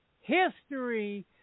history